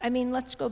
i mean let's go